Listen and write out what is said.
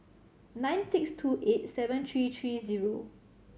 nine six two eight seven three three zero